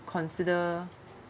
consider